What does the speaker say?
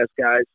guys